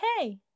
hey